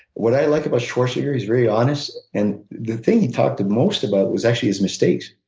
what i like about schwarzenegger, he's very honest. and the thing he talked most about was actually his mistakes.